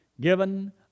given